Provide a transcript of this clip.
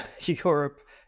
Europe